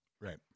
right